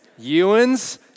Ewans